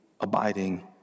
abiding